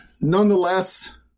nonetheless